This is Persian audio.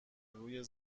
روی